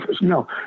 No